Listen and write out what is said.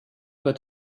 wird